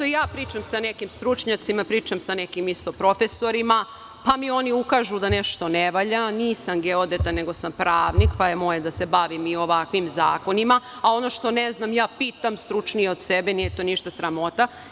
Pričam sa nekim stručnjacima, pričam sa nekim isto profesorima, pa mi oni ukažu da nešto ne valja, nisam geodeta, nego sam pravnik, pa je moje da se bavim i ovakvim zakonima, a ono što ne znam, pitam stručnije od sebe, nije to ništa sramota.